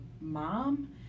mom